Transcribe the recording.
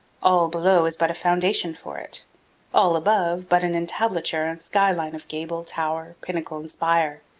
all below is but a foundation for it all above, but an entablature and sky-line of gable, tower, pinnacle, and spire.